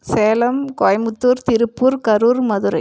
Salem Coimbatore Tiruppur Karur Madurai